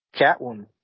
Catwoman